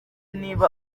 niba